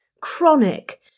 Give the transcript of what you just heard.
chronic